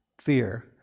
Fear